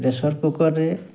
pressure କୁକର୍ରେ